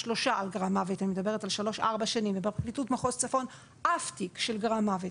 הוגשו שלושה במחוז חיפה ובמחוז צפון אף לא תיק אחד על גרם מוות